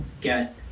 get